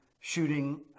shooting